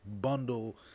bundle